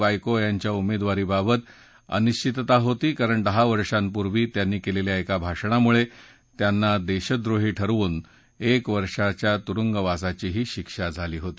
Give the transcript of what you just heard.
वायको यांच्या उमेदवार बाबत अनिशितता होती कारण दहा वर्षापूर्वी त्यांनी केलेल्या एका भाषणामुळे त्यांना देशद्रोही ठरवून एक वर्षाच्या तुरुंगवासाचीही शिक्षा झाली होती